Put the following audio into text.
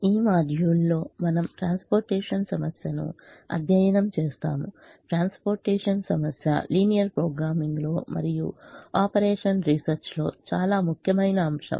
ఈ మాడ్యూల్లో మనము ట్రాన్స్పోర్టేషన్ సమస్యను అధ్యయనం చేస్తాము ట్రాన్స్పోర్టేషన్ సమస్య లీనియర్ ప్రోగ్రామింగ్లో మరియు ఆపరేషన్ రీసెర్చ్ లో చాలా ముఖ్యమైన అంశం